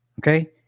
Okay